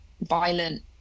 violent